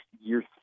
year